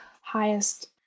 highest